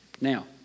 Now